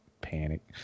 panic